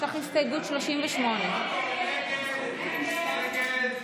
יש לך הסתייגות 38. לא נקלט לי.